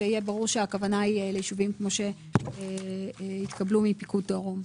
ויהיה ברור שהכוונה ליישובים כמו שהתקבלו מפיקוד דרום.